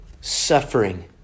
suffering